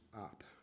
up